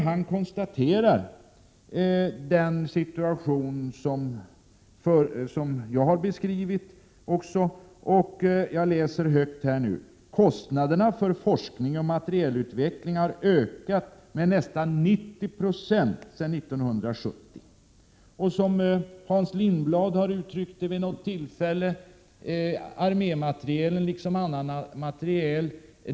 ÖB konstaterar att den situation som också jag har beskrivit faktiskt råder, nämligen att kostnaderna för forskning och materielutveckling har ökat med nästan 90 96 sedan år 1970. Som Hans Lindblad vid något tillfälle har uttryckt saken, utvecklas och fördyras ju armématerielen, liksom annan materiel.